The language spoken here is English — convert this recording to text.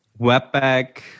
Webpack